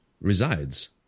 resides